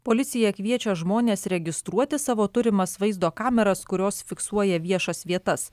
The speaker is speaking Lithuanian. policija kviečia žmones registruotis savo turimas vaizdo kameras kurios fiksuoja viešas vietas